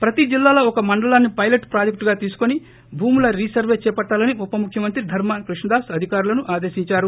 ప్రతి జిల్లాలో ఒక మండలాన్ని పైలట్ ప్రాజెక్టుగా తీసుకుని భూముల రీసర్వే చేపట్టాలని ఉప ముఖ్యమంత్రి ధర్మాన కృష్ణదాస్ అధికారులను ఆదేశించారు